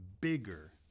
bigger